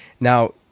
now